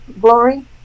glory